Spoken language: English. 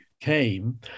came